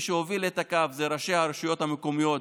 מי שהוביל את הקו זה ראשי הרשויות המקומיות,